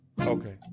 Okay